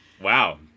Wow